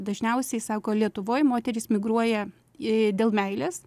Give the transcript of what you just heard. dažniausiai sako lietuvoj moterys migruoja dėl meilės